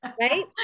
Right